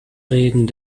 reden